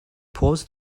pours